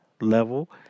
level